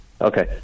Okay